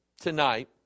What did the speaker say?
tonight